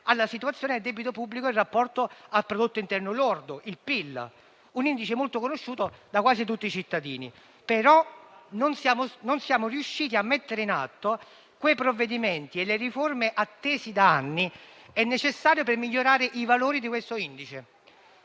alla situazione del debito pubblico in rapporto al prodotto interno lordo, il PIL, un indice molto conosciuto da quasi tutti i cittadini. Non siamo, però, riusciti a mettere in atto quei provvedimenti e le riforme attesi da anni, necessari per migliorare i valori di questo indice.